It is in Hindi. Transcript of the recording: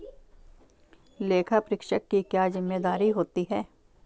लेखापरीक्षक की क्या जिम्मेदारी होती है?